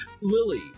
Lily